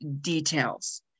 details